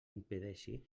impedeixi